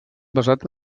basat